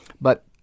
But-